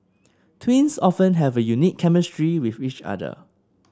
twins often have a unique chemistry with each other